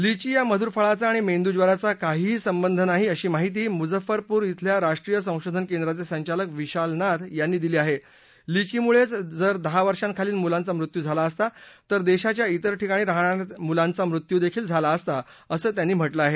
लिची या मधुर फळाचा आणि मेंदूज्वराचा काहीही संबंध नाही अशी माहिती मुझ्झाफरपूर शिल्या राष्ट्रीय संशोधन केंद्राचे संचालक विशाल नाथ यांनी दिली लिघी मुळेच जर दहा वर्षां खालील मुलांचा मृत्यू झाला असता तर देशाच्या इतर ठिकाणी राहणाऱ्या मुलांचाही मृत्यू झाला असता असं त्यांनी म्हटलं आहे